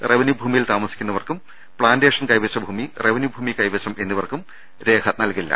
revenue ഭൂമിയിൽ താമസിക്കു ന്നവർക്കും പ്ലാന്റേഷൻ കൈവശ ഭൂമി റവന്യൂ ഭൂമി കൈവശം എന്നി വയ്ക്കും രേഖ നൽകില്ല